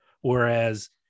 Whereas